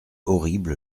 horrible